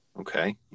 okay